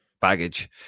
baggage